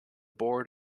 board